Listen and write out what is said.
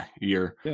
year